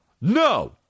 No